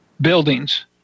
buildings